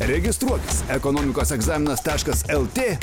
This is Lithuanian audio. registruokis ekonomikos egzaminas taškas lt